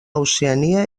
oceania